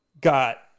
Got